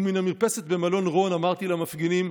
ומן המרפסת במלון רון אמרתי למפגינים: